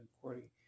according